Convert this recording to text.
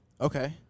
Okay